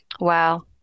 Wow